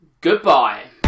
goodbye